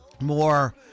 More